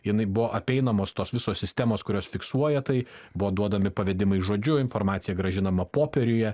jinai buvo apeinamos tos visos sistemos kurios fiksuoja tai buvo duodami pavedimai žodžiu informacija grąžinama popieriuje